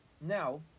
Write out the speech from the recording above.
Now